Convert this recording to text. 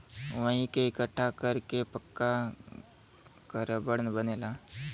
वही के इकट्ठा कर के पका क रबड़ बनेला